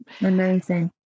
Amazing